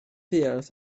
fuarth